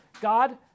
God